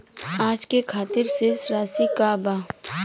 आज के खातिर शेष राशि का बा?